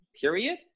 period